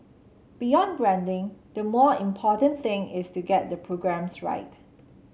beyond branding the more important thing is to get the programmes right